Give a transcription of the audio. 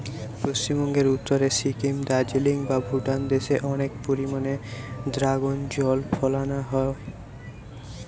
পশ্চিমবঙ্গের উত্তরে সিকিম, দার্জিলিং বা ভুটান দেশে অনেক পরিমাণে দ্রাগন ফল ফলানা হয়